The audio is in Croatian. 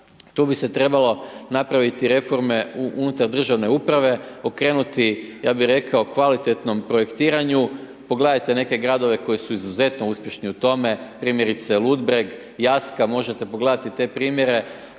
tu bi se trebalo napraviti reforme u unutar državne uprave, okrenuti, ja bi se rekao kvalitetnom projektiranju, pogledajte neke gradove koji su izuzetno uspješni u tome, primjerice Ludbreg, Jaska, možete pogledati te primjere